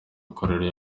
mikorere